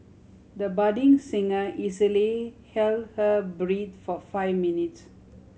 the budding singer easily held her breath for five minutes